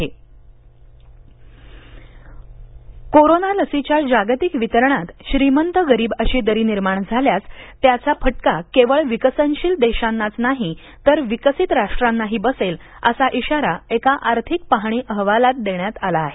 आरोग्य संघटना कोरोना लसीच्या जागतिक वितरणात श्रीमंत गरिब अशी दरी निर्माण झाल्यास त्याचा फटका केवळ विकसनशील देशांनाच नाही तर विकसित राष्ट्रांनाही बसेल असा इशारा एका आर्थिक पाहणी अहवालात देण्यात आला आहे